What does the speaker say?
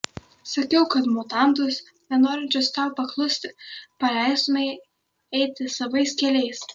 sakiau kad mutantus nenorinčius tau paklusti paleistumei eiti savais keliais